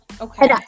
Okay